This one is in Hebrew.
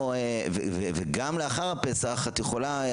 וגם לאחר הפסח את יכולה,